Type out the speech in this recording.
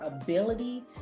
ability